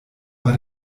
war